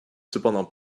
cependant